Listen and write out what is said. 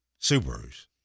Subarus